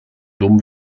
dumm